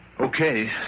Okay